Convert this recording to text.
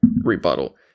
rebuttal